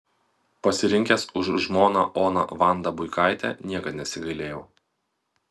pasirinkęs už žmoną oną vandą buikaitę niekad nesigailėjau